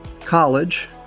College